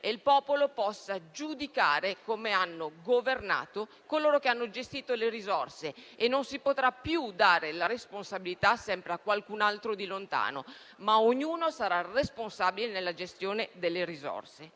che il popolo possa giudicare come hanno governato coloro che hanno gestito le risorse e non si potrà più dare sempre la responsabilità a qualcun altro che è lontano. Ognuno sarà responsabile della gestione delle risorse.